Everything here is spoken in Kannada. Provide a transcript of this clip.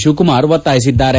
ಶಿವಕುಮಾರ್ ಒತ್ತಾಯಿಸಿದ್ದಾರೆ